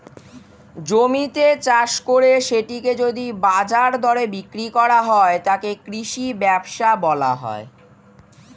জমিতে চাষ করে সেটিকে যদি বাজার দরে বিক্রি করা হয়, তাকে কৃষি ব্যবসা বলা হয়